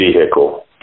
vehicle